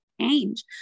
change